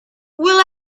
will